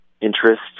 interest